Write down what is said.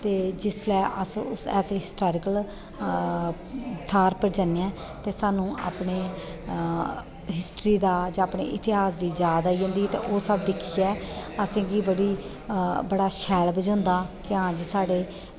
ते जिसलै अस इस हिस्टोरिकल थाह्र पर जन्ने आं ते सानूं अपनी हिस्टरी दा जां अपने इतेहास दा याद आई जंदी ते ओह् सानूं दिक्खियै असेंगी बड़ी बड़ा शैल बझोंदा केह् हां जी साढ़े